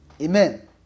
Amen